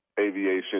aviation